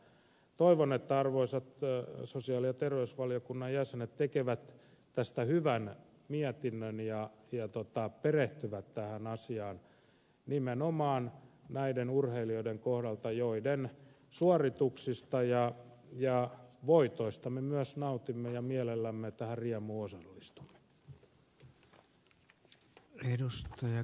toivon että arvoisat sosiaali ja terveysvaliokunnan jäsenet tekevät tästä hyvän mietinnön ja perehtyvät tähän asiaan nimenomaan näiden urheilijoiden kohdalta joiden suorituksista ja voitoista me myös nautimme ja joiden riemuun mielellämme osallistumme